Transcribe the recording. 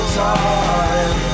time